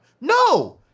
no